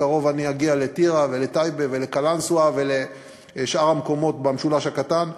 בקרוב אני אגיע לטירה ולטייבה ולקלנסואה ולשאר המקומות במשולש הקטן,